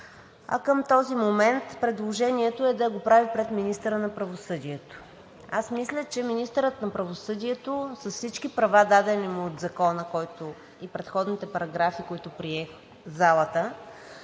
а към този момент предложението е да го прави пред министъра на правосъдието. Аз мисля, че министърът на правосъдието с всички права, дадени му от Закона и предходните параграфи, които прие залата,